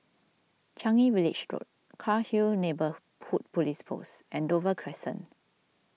Changi Village Road Cairnhill Neighbourhood Police Post and Dover Crescent